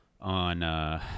On